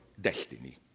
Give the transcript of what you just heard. destiny